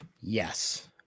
Yes